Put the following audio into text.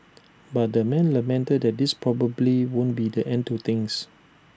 but the man lamented that this probably won't be the end to things